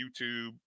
YouTube